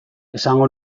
esango